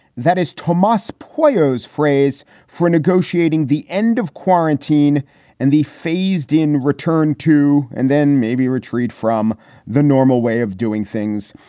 that is thomas plato's phrase for negotiating the end of quarantine and the phased in return to and then maybe retreat from the normal way of doing things.